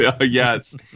Yes